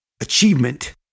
achievement